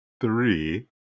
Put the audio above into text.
three